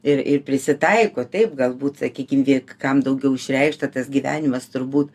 ir ir prisitaiko taip galbūt sakykim vie kam daugiau išreikšta tas gyvenimas turbū